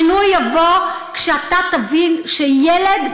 השינוי יבוא כשאתה תבין שילד,